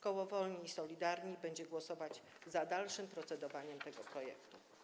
Koło Wolni i Solidarni będzie głosować za dalszym procedowaniem nad tym projektem.